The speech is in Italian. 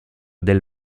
del